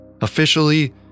Officially